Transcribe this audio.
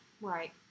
Right